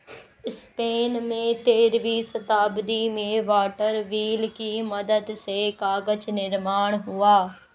Spain में तेरहवीं शताब्दी में वाटर व्हील की मदद से कागज निर्माण हुआ